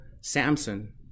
Samson